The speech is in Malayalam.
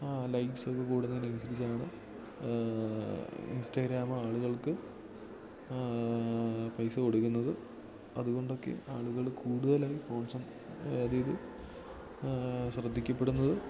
ലൈക്സൊക്കെ കൂടുന്നതിനനുസരിച്ചാണ് ഇൻസ്റ്റാഗ്രാമ് ആളുകൾക്ക് പൈസ കൊടുക്കുന്നത് അതുകൊണ്ടൊക്കെ ആളുകൾ കൂടുതലും അതായത് ശ്രദ്ധിക്കപ്പെടുന്നത്